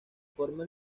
forma